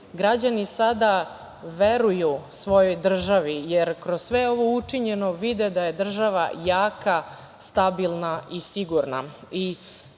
Građani sada veruju svojoj državi, jer kroz sve ovo učinjeno vide da je država jaka, stabilna i sigurna. Na